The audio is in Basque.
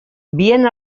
bien